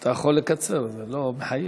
אתה יכול לקצר, זה לא מחייב.